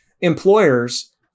employers